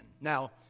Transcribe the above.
Now